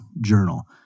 journal